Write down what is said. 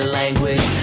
language